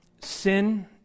Sin